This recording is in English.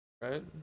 right